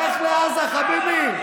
לך לעזה, חביבי.